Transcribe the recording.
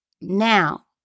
Now